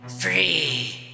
free